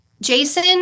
Jason